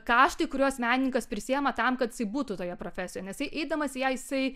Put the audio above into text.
kaštai kuriuos menininkas prisiima tam kad jisai būtų toje profesijoje nes eidamas į ją jisai